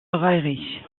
railleries